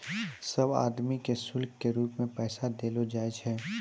सब आदमी के शुल्क के रूप मे पैसा देलो जाय छै